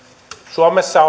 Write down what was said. suomessa